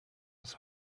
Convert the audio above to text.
was